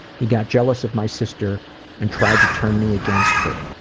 he got jealous of my sister and tried to turn me against her.